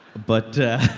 but